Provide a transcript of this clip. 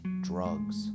drugs